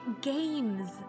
Games